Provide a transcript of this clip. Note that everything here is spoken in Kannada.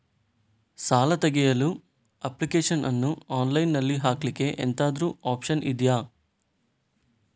ಸಾಲ ತೆಗಿಯಲು ಅಪ್ಲಿಕೇಶನ್ ಅನ್ನು ಆನ್ಲೈನ್ ಅಲ್ಲಿ ಹಾಕ್ಲಿಕ್ಕೆ ಎಂತಾದ್ರೂ ಒಪ್ಶನ್ ಇದ್ಯಾ?